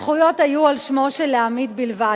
הזכויות היו על שמו של העמית בלבד.